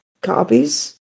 copies